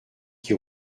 qui